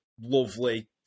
lovely